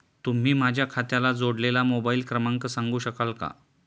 तुम्ही माझ्या खात्याला जोडलेला मोबाइल क्रमांक सांगू शकाल का?